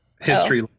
history